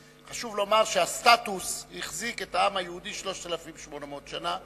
חשוב לומר שהסטטוס החזיק את העם היהודי 3,800 שנה,